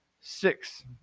six